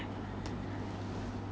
ya it was like a wave